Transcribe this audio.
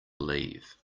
leave